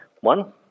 one